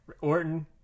Orton